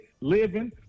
living